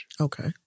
Okay